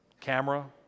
camera